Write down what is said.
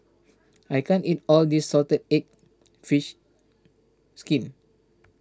I can't eat all of this Salted Egg Fish Skin